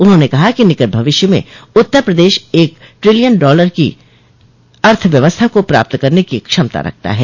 उन्होंने कहा कि निकट भविष्य में उत्तर प्रदेश एक टिलियन डॉलर की अर्थव्यवस्था को प्राप्त करने की क्षमता रखता है